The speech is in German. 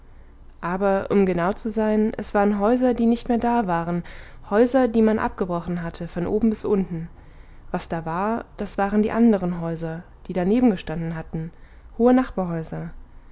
aber um genau zu sein es waren häuser die nicht mehr da waren häuser die man abgebrochen hatte von oben bis unten was da war das waren die anderen häuser die danebengestanden hatten hohe